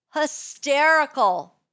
Hysterical